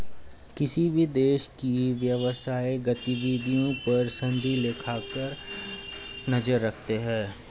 किसी भी देश की व्यवसायिक गतिविधियों पर सनदी लेखाकार नजर रखते हैं